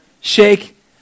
shake